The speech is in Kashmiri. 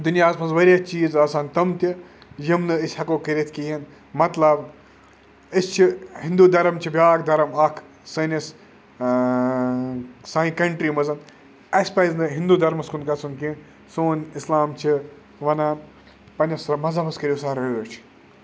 دُنیاہَس منٛز واریاہ چیٖز آسان تِم تہِ یِم نہٕ أسۍ ہیٚکو کٔرِتھ کِہیٖنۍ مطلب أسۍ چھِ ہِندوٗ دَرم چھِ بیٛاکھ دَرم اَکھ سٲنِس سانہِ کَنٹری منٛز اَسہِ پَزِ نہٕ ہِندوٗ درمَس کُن گَژھُن کینٛہہ سون اِسلام چھِ وَنان پنٛنِس مذہَبَس کٔرِو سا رٲچھ